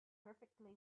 perfectly